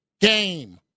game